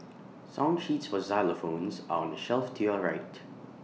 song sheets for xylophones are on the shelf to your right